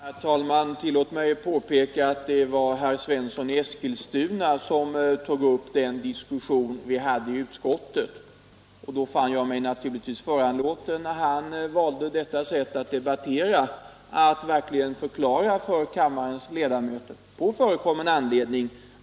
Herr talman! Tillåt mig påpeka att det var herr Svensson i Eskilstuna som här tog upp den diskussion vi hade i utskottet, och då han valde detta sätt att debattera fann jag mig naturligtvis föranlåten att förklara för kammarens ledamöter vad som verkligen hände.